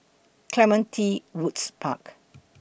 Clementi Woods Park